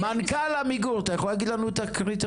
מנכ"ל עמיגור אתה יכול להגיד לנו את הקריטריון?